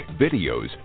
videos